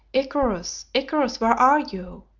icarus, icarus, where are you?